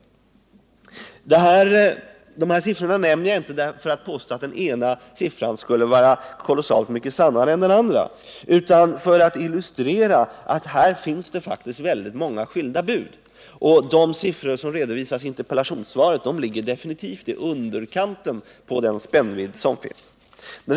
När jag nämner de här siffrorna vill jag inte göra gällande att den ena siffran skulle vara mycket riktigare än den andra, utan vill visa att det faktiskt finns många skilda bud. De siffror som redovisas i interpellationssvaret är definitivt i underkant när det gäller spännvidden.